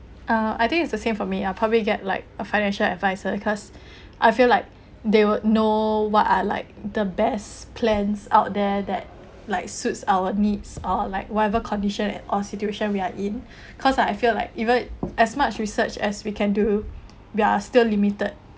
uh I think it's the same for me I probably get like a financial adviser because I feel like they would know what I like the best plans out there that like suits our needs or like whatever condition or situation we are in cause I feel like even as much research as we can do we are still limited